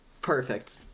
Perfect